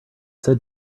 said